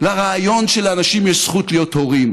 לרעיון שלאנשים יש זכות להיות הורים,